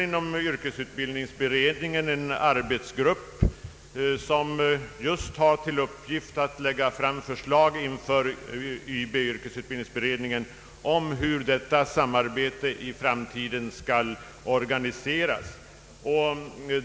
Inom yrkesutbildningsberedningen har en arbetsgrupp till uppgift att just lägga fram förslag om hur detta samarbete i framtiden skall organiseras.